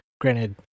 granted